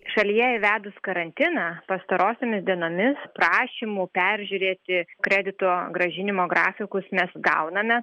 šalyje įvedus karantiną pastarosiomis dienomis prašymų peržiūrėti kredito grąžinimo grafikus mes gauname